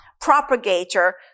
propagator